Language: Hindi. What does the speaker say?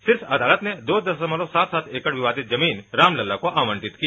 शीर्ष अदालत ने दो दशमलव सात सात एकड़ विवादित भूमि राम लला को आवंटित की